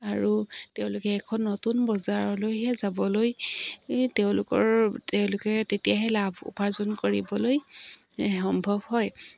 আৰু তেওঁলোকে এখন নতুন বজাৰলৈহে যাবলৈ তেওঁলোকৰ তেওঁলোকে তেতিয়াহে লাভ উপাৰ্জন কৰিবলৈ সম্ভৱ হয়